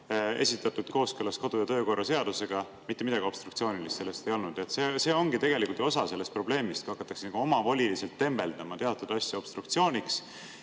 esitatud kooskõlas kodu‑ ja töökorra seadusega, mitte midagi obstruktsioonilist selles ei olnud. See ongi tegelikult osa sellest probleemist, kui hakatakse omavoliliselt tembeldama teatud asju obstruktsiooniks,